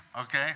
okay